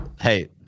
hey